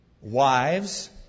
wives